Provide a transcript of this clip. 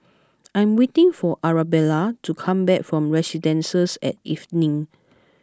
I am waiting for Arabella to come back from Residences at Evelyn